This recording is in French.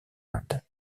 inde